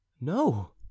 no